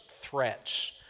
threats